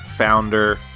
founder